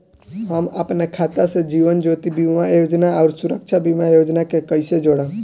हम अपना खाता से जीवन ज्योति बीमा योजना आउर सुरक्षा बीमा योजना के कैसे जोड़म?